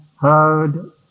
heard